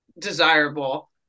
desirable